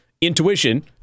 intuition